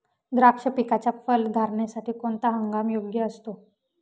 द्राक्ष पिकाच्या फलधारणेसाठी कोणता हंगाम योग्य असतो?